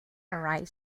arise